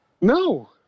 No